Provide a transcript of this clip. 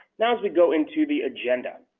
now as we go into the agenda,